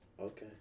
Okay